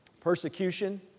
persecution